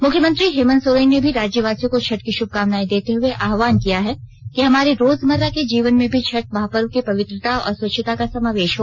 मुख्यमंत्री हेमंत सोरेन ने भी राज्यवासियों को छठ की शुभकामनाए देते हए आह्वाहन किया है कि हमारे रोज मर्रा के जीवन में भी छठ महापर्व के पवित्रता और स्वच्छता का समावेश हो